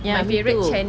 ya me too